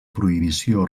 prohibició